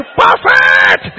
perfect